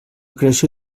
creació